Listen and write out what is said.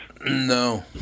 No